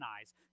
eyes